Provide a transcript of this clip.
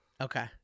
Okay